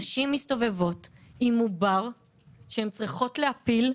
נשים מסתובבות עם עובר שהן צריכות להפיל,